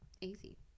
easy